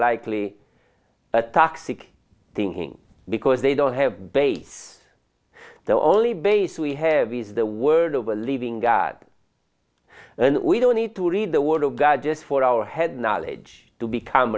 likely a toxic thing because they don't have base the only base we have is the word of a living god and we don't need to read the word of god just for our head knowledge to become